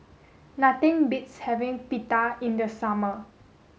nothing beats having Pita in the summer